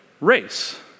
race